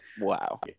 wow